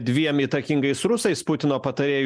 dviem įtakingais rusais putino patarėju